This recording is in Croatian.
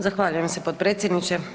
Zahvaljujem se potpredsjedniče.